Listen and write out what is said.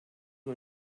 wir